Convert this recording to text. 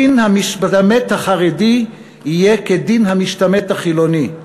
דין המשתמט החרדי יהיה כדין המשתמט החילוני.